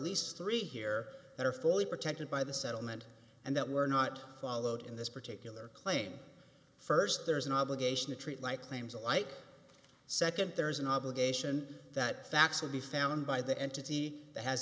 least three here that are fully protected by the settlement and that were not followed in this particular claim first there is an obligation to treat like claims like second there is an obligation that facts will be found by the entity that has